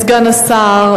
סגן השר,